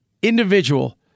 individual